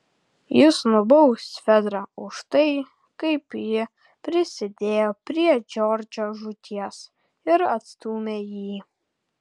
jis nubaus fedrą už tai kaip ji prisidėjo prie džordžo žūties ir atstūmė jį